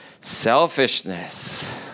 Selfishness